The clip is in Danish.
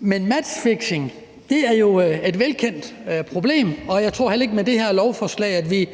Matchfixing er et velkendt problem, og jeg tror heller ikke, at vi med det her lovforslag